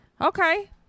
okay